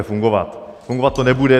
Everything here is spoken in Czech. Fungovat to nebude.